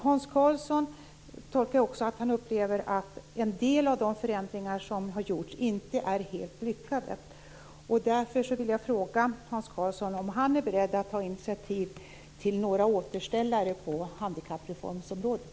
Hans Karlsson säger också att han upplever att en del av de förändringar som har gjorts inte är helt lyckade. Därför vill jag fråga Hans Karlsson om han är beredd att ta initiativ till några återställare på handikappreformsområdet.